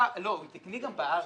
לא, הוא תקני גם בארץ.